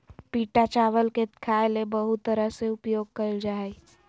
पिटा चावल के खाय ले बहुत तरह से उपयोग कइल जा हइ